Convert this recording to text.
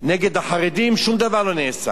נגד החרדים, שום דבר לא נעשה.